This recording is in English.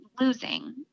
losing